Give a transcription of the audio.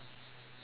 it's like